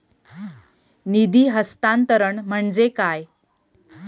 निधी हस्तांतरण म्हणजे काय?